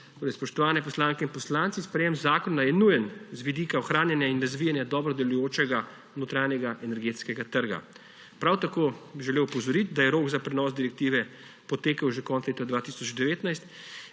spoštovani poslanke in poslanci, sprejem zakona je nujen z vidika ohranjanja in razvijanja dobro delujočega notranjega energetskega trga. Prav tako bi želel opozoriti, da je rok za prenos direktive potekel že konec leta 2019